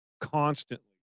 constantly